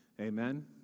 Amen